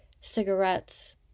cigarettes